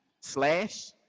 slash